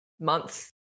month